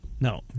No